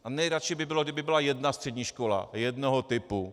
A nejradši by byl, kdyby byla jedna střední škola jednoho typu.